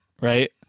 right